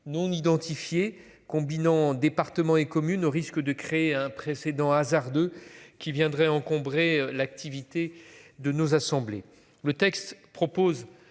non identifié combinant, départements et communes au risque de créer un précédent hasardeux qui viendraient encombrer l'activité de nos assemblées.